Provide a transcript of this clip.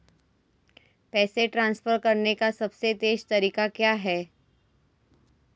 पैसे ट्रांसफर करने का सबसे तेज़ तरीका क्या है?